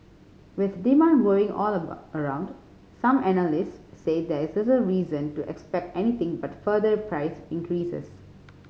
with demand growing all around some analysts say there is reason to expect anything but further price increases